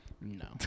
No